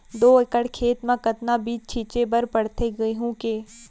दो एकड़ खेत म कतना बीज छिंचे बर पड़थे गेहूँ के?